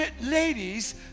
ladies